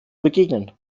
begegnen